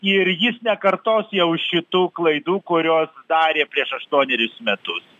ir jis nekartos jau šitų klaidų kurios darė prieš aštuonerius metus